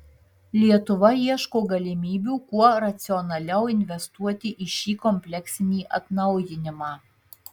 lietuva ieško galimybių kuo racionaliau investuoti į šį kompleksinį atnaujinimą